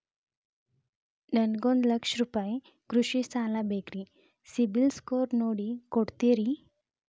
ನನಗೊಂದ ಲಕ್ಷ ರೂಪಾಯಿ ಕೃಷಿ ಸಾಲ ಬೇಕ್ರಿ ಸಿಬಿಲ್ ಸ್ಕೋರ್ ನೋಡಿ ಕೊಡ್ತೇರಿ?